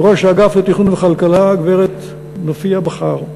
בראש האגף לתכנון ולכלכלה, הגברת נופיה בכר.